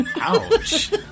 Ouch